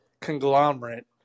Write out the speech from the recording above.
conglomerate